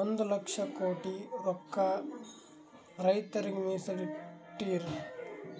ಒಂದ್ ಲಕ್ಷ ಕೋಟಿ ರೊಕ್ಕಾ ರೈತರಿಗ್ ಮೀಸಲ್ ಇಟ್ಟಿರ್